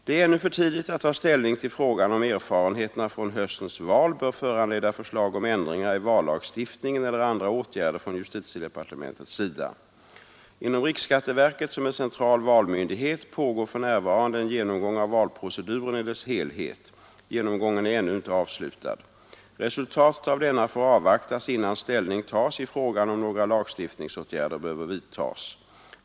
Det är ännu för tidigt att ta ställning till frågan om erfarenheterna från höstens val bör föranleda förslag om ändringar i vallagstiftningen eller andra åtgärder från justitiedepartementets sida. Inom riksskatteverket, som är central valmyndighet, pågår för närvarande en genomgång av valproceduren i dess helhet. Genomgången är ännu inte avslutad. Resultatet av denna får avvaktas innan ställning tas i frågan om några lagstiftningsåtgärder behöver vidtas.